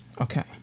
Okay